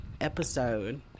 episode